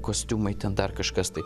kostiumai ten dar kažkas tai